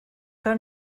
que